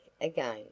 again